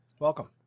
Welcome